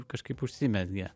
kažkaip užsimezgė